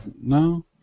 no